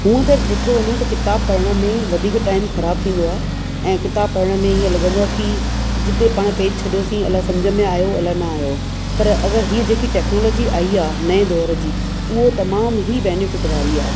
हूअं त ॾिठो वञे त किताब पढ़ण में वधीक टाइम ख़राब थींदो आहे ऐं किताब पढ़ण में ईअं लॻंदो आहे की जिते पाण पेज छॾियोसी अलाए सम्झि में आयो अलाए न आयो पर अगरि हीय जेकी टेक्नोलॉजी आयी आहे नये दौरु जी उहो तमामु हीअ बेनेफ़िट वारी आहे